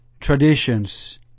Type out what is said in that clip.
traditions